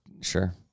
Sure